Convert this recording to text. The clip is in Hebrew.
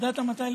דהן יותר טוב.